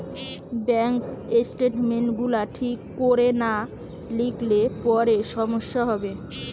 bank statement গুলা ঠিক কোরে না লিখলে পরে সমস্যা হবে